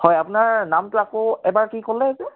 হয় আপোনাৰ নামটো আকৌ এবাৰ কি ক'লে যে